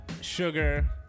sugar